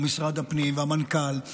או משרד הפנים והמנכ"ל,